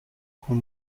con